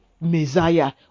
Messiah